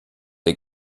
der